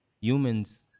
humans